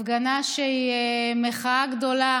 הפגנה שהיא מחאה גדולה